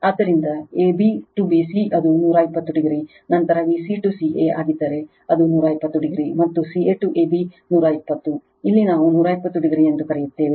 ಆದ್ದರಿಂದ ab to bc ಅದು 120o ನಂತರ vc to ca ಆಗಿದ್ದರೆ ಅದು 120 o ಮತ್ತು ca to ab 120 ಇಲ್ಲಿ ನಾವು 120o ಎಂದು ಕರೆಯುತ್ತೇವೆ